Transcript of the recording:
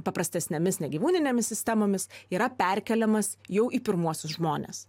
paprastesnėmis ne gyvūninėmis sistemomis yra perkeliamas jau į pirmuosius žmones